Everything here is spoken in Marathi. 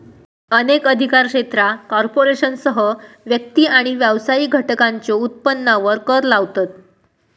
अनेक अधिकार क्षेत्रा कॉर्पोरेशनसह व्यक्ती आणि व्यावसायिक घटकांच्यो उत्पन्नावर कर लावतत